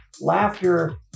Laughter